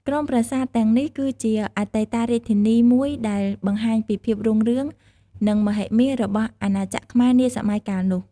ក្រុមប្រាសាទទាំងនេះគឺជា អតីតរាជធានី មួយដែលបង្ហាញពីភាពរុងរឿង និងមហិមារបស់អាណាចក្រខ្មែរនាសម័យកាលនោះ។